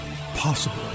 possible